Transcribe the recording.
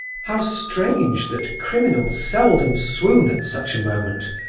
how strange that criminals seldom swoon at such a moment!